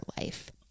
life